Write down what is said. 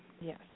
Yes